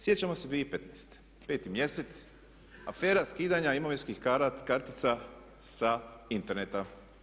Sjećamo se 2015., 5. mjesec, afera skidanja imovinskih kartica sa interneta.